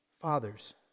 Fathers